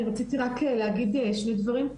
אני רציתי רק להגיד שני דברים.